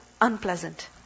unpleasant